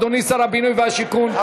אדוני שר הבינוי והשיכון,